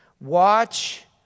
Watch